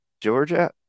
Georgia